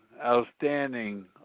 outstanding